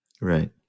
Right